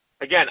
again